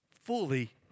fully